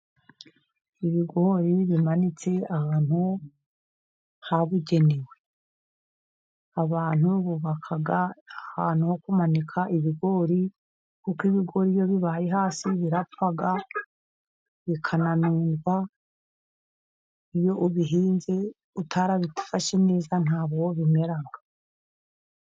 Ibigori bimanitse ahantu habugenewe, abantu bubaka ahantu ho kumanika ibigori, kuko ibigori iyo bibaye hasi birapfa bikamugwa, iyo ubihinze utarabifashe neza ntabwo bimera.